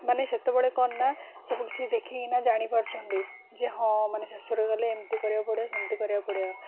ମାନେ ସେତେବେଳେ କ'ଣ ନା ସବୁ କିଛି ଦେଖିକିନା ଜାଣିପାରୁଛନ୍ତି ଯେ ହଁ ମାନେ ଶାଶୁଘର ଗଲେ ଏମିତି କରିବାକୁ ପଡ଼ିବ ସେମିତି କରିବାକୁ ପଡ଼ିବ